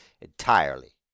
entirely